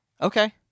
Okay